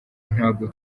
ntago